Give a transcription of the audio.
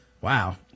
Wow